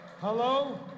Hello